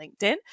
LinkedIn